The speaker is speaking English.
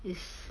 is